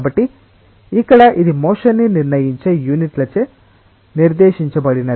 కాబట్టి ఇక్కడ ఇది మోషన్ ని నిర్ణయించే యూనిట్లచే నిర్దేశించబడినది